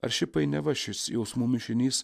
ar ši painiava šis jausmų mišinys